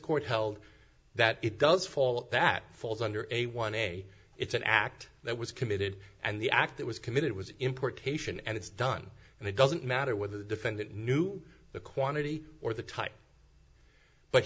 court held that it does fall that falls under a one a it's an act that was committed and the act that was committed was importation and it's done and it doesn't matter whether the defendant knew the quantity or the type but